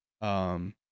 um-